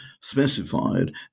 Specified